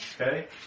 Okay